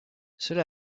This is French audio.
cela